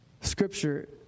Scripture